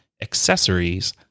accessories